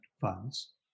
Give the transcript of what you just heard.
funds